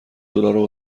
دلار